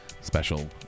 special